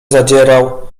zadzierał